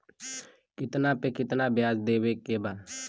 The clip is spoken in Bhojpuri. कितना पे कितना व्याज देवे के बा?